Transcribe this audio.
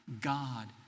God